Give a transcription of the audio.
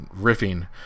riffing